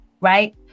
right